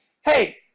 hey